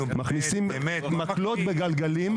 מכניסים מקלות בגלגלים.